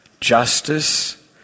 justice